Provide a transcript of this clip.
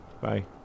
Bye